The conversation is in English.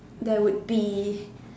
there would be